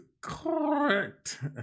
correct